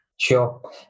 Sure